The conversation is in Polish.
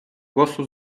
głosu